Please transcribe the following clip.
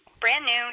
brand-new